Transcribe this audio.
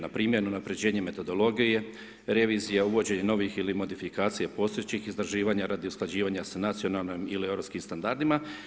Npr. unaprjeđenje metodologije, revizije, uvođenje novih ili modifikacija postojećih istraživanja radi usklađivanja s nacionalnim ili europskim standardima.